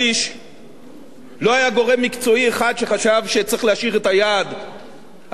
לא היה גורם מקצועי אחד שחשב שצריך להשאיר את היעד על מה שנקבע ב-2009,